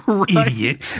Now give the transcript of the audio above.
idiot